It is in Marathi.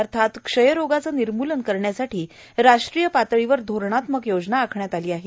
अर्थात क्षयरोगाचं निर्म्लन करण्यासाठी राष्ट्रीय पातळीवर धोरणात्मक योजना आखण्यात आली आहे